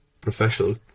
professional